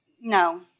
No